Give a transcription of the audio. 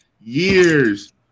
years